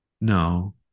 No